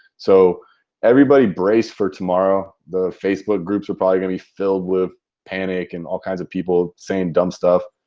so everybody brace for tomorrow. the facebook groups are probably going to be filled with panic and all kinds of people saying dumb stuff,